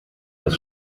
das